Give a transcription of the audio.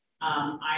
I-